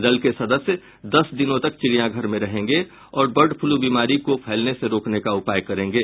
दल के सदस्य दस दिन तक चिड़ियाघर में रहेंगे और बर्ड फ्लू बीमारी को फैलने से रोकने का उपाय करेंगे